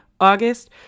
August